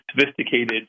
sophisticated